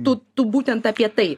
tu tu būtent apie tai